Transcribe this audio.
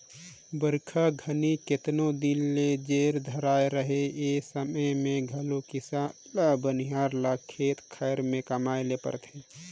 बरिखा घनी केतनो दिन ले झेर कइर रहें ए समे मे घलो किसान ल बनिहार ल खेत खाएर मे कमाए ले परथे